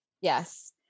Yes